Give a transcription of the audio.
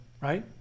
right